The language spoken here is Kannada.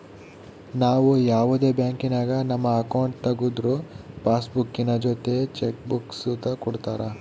ನಾವು ಯಾವುದೇ ಬ್ಯಾಂಕಿನಾಗ ನಮ್ಮ ಅಕೌಂಟ್ ತಗುದ್ರು ಪಾಸ್ಬುಕ್ಕಿನ ಜೊತೆ ಚೆಕ್ ಬುಕ್ಕ ಸುತ ಕೊಡ್ತರ